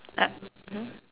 ah !huh!